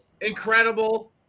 incredible